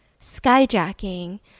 skyjacking